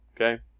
okay